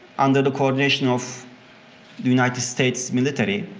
under the coordination of the united states military,